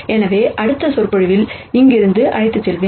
எனவே அடுத்த விரிவுரையில் இங்கிருந்து அழைத்துச் செல்வேன்